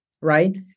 right